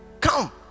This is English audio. come